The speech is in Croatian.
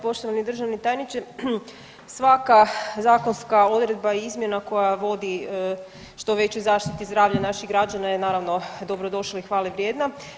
Poštovani državni tajniče, svaka zakonska odredba i izmjena koja vodi što većoj zaštiti zdravlja naših građana je naravno dobrodošla i hvalevrijedna.